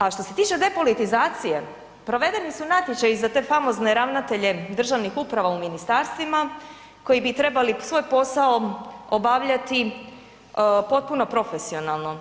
A što se tiče depolitizacije, provedeni su natječaji i za te famozne ravnatelje državnih uprava u ministarstvima koji bi trebali svoj posao obavljati potpuno profesionalno.